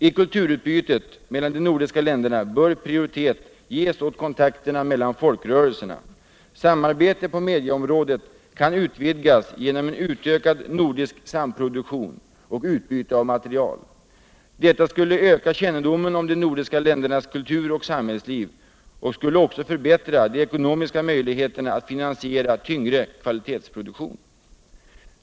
I kulturutbytet mellan de nordiska länderna bör prioritet ges åt kontakter mellan folkrörelserna. Samarbete på mediaområdet kan utvidgas genom en ökad nordisk samproduktion och utbyte av material. Detta skulle öka kännedomen om de nordiska ländernas kultur och samhällsliv och skulle också förbättra de ekonomiska möjligheterna att finansiera tyngre kvalitetsproduktion.